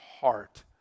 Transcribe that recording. heart